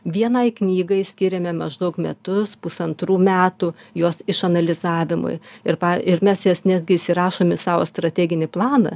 vienai knygai skyriame maždaug metus pusantrų metų jos išanalizavimui ir ir mes jas netgi įsirašom į savo strateginį planą